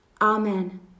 Amen